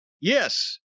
Yes